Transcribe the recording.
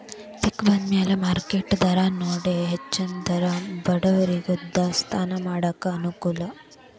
ಪಿಕ್ ಬಂದಮ್ಯಾಲ ಮಾರ್ಕೆಟ್ ದರಾನೊಡಕೊಂಡ ಹೆಚ್ಚನ ದರ ಬರುವರಿಗೂ ದಾಸ್ತಾನಾ ಮಾಡಾಕ ಅನಕೂಲ